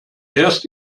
erst